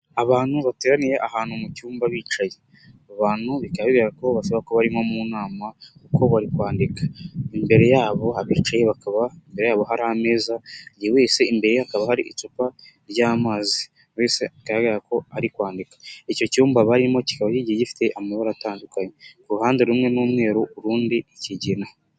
Abantu bateraniye ahantu mu cyumba bicaye, abo abantu bikaba bigaragarako bashobora kuba bari nko mu nama uko bari kwandika, imbere yabo abicaye bakaba imbere yabo hari ameza buri wese imbere hakaba hari icupa ry'amazi, buri wese bigaragara ko ari kwandika, icyo cyumba barimo kiba kigiye gifite amabara atandukanye ku ruhande rumwe n'umweru urundi ikigina.